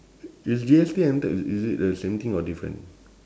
is G_S_T entered i~ is it the same thing or different